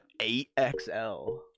8XL